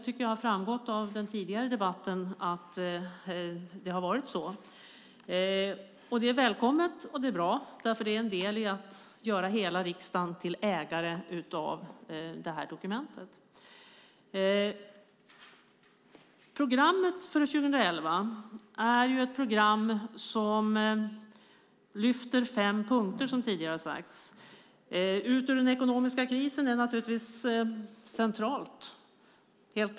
Det har framgått av den tidigare debatten att det har varit så. Det är välkommet och bra. Det är en del i att göra hela riksdagen till ägare av dokumentet. Programmet för 2011 lyfter fram fem punkter. Frågan om att komma ut ur den ekonomiska krisen är naturligtvis central.